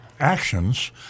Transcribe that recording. Actions